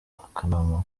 akanama